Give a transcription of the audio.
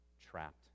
trapped